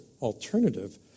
alternative